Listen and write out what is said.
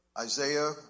Isaiah